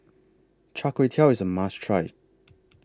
Char Kway Teow IS A must Try